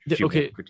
Okay